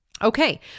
Okay